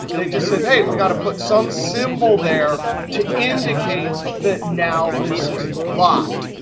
they just said, hey, we got to put some symbol there to indicate that now this is locked.